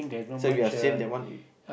so we're same that one